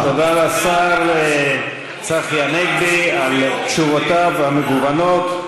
תודה לשר צחי הנגבי על תשובותיו המגוונות,